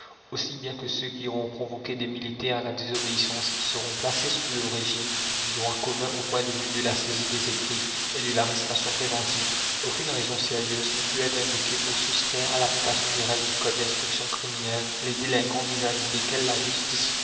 aussi bien que ceux qui auront provoqué des militaires à la désobéissance seront placés sous le régime du droit commun au point de vue de la saisie des écrits et de l'arrestation préventive aucune raison sérieuse ne peut être invoquée pour soustraire à l'application des règles du code d'instruction criminelle les délinquants vis-à-vis desquels la justice